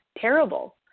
terrible